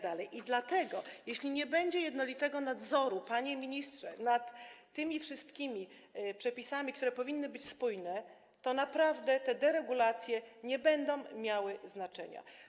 Dlatego jeśli nie będzie jednolitego nadzoru, panie ministrze, nad tymi wszystkimi przepisami, które powinny być spójne, to naprawdę te deregulacje nie będą miały znaczenia.